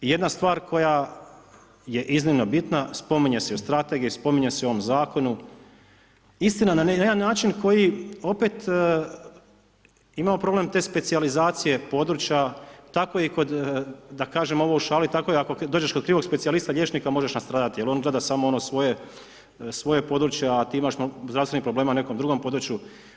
Jedna stvar koja je iznimna bitna, spominje se i u strategiji, spominje se i u ovom zakonu, istina na jedan način, koji opet imamo problem te specijalizacije područja, tako i da kažem ovo u šali, tako i ako dođeš kod krivog specijalista liječnika, možeš nastradati, jer on gleda samo ono svoje područje, a ti imaš zdravstvenih problema na nekom drugom području.